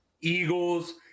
Eagles